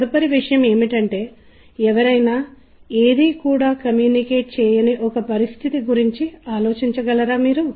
కాబట్టి ఇది చాలా ముఖ్యమైనదని మీరు అర్థం చేసుకున్నారు